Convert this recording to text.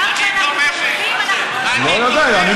גם כשאנחנו תומכים, אנחנו תומכות.